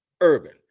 Urban